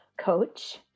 coach